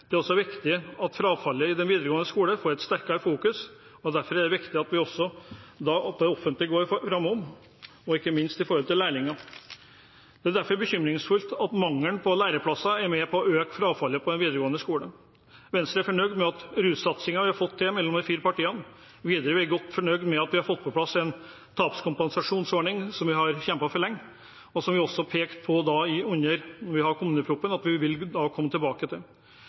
Det er også viktig at frafallet i den videregående skole får et sterkere fokus, og derfor er det viktig at det offentlige går foran, ikke minst når det gjelder lærlinger. Det er derfor bekymringsfullt at mangelen på læreplasser er med på å øke frafallet i videregående skole. Venstre er fornøyd med satsingen på rusfeltet vi fire partier har fått til. Videre er vi godt fornøyd med at vi har fått på plass en tapskompensasjonsordning som vi har kjempet for lenge, og som vi også pekte på i forbindelse med kommuneproposisjonen at vi ville komme tilbake til.